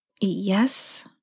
Yes